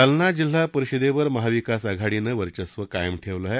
जालना जिल्हा परिषदेवर महाविकास आघाडीनं वर्चस्व कायम ठेवलं आहे